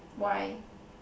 why